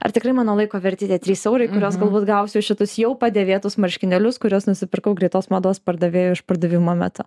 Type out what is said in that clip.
ar tikrai mano laiko verti tie trys eurai kuriuos galbūt gausiu už šitus jau padėvėtus marškinėlius kurius nusipirkau greitos mados pardavėjo išpardavimo metu